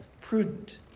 prudent